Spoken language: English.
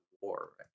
war